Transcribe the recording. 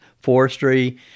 forestry